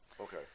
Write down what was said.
okay